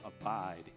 abide